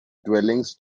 dwellings